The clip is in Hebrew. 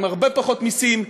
עם הרבה פחות מסים.